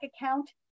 account